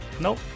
Nope